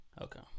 Okay